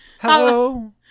Hello